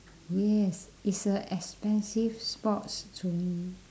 yes is a expensive sports to me